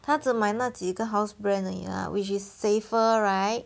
她只买那几个 house brand 而已 lah which is safer right